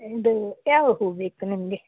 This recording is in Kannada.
ಇದೂ ಯಾವ ಹೂವು ಬೇಕು ನಿಮಗೆ